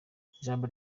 ijambo